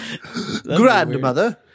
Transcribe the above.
Grandmother